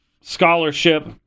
scholarship